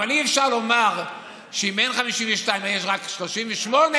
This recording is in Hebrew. אבל אי-אפשר לומר שאם אין 52 מיליון ויש רק 38,